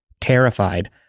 Terrified